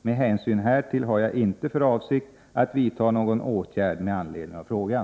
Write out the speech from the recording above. Med hänsyn härtill har jag inte för avsikt att vidta någon åtgärd med anledning av frågan.